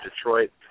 Detroit